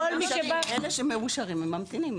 אלה שמאושרים הם ממתינים.